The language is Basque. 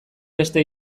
beste